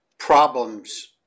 problems